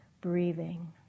breathing